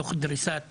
תוך דריסת